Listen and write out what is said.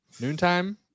noontime